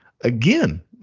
Again